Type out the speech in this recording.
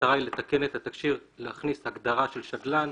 המטרה היא להכניס הגדרה של שדלן,